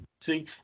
See